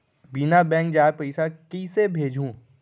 बिना बैंक जाए पइसा कइसे भेजहूँ?